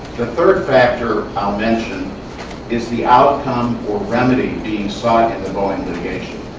the third factor i'll mention is the outcome or remedy being sought in the boeing litigation.